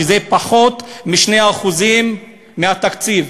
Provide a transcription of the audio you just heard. שזה פחות מ-2% מהתקציב,